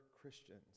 Christians